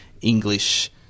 English